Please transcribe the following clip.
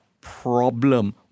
problem